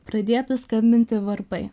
pradėtų skambinti varpai